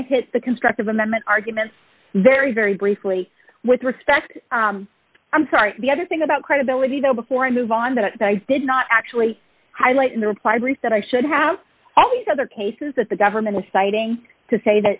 want to hit the constructive amendment argument very very briefly with respect i'm sorry the other thing about credibility though before i move on that that i did not actually highlight in the reply brief that i should have all these other cases that the government was citing to say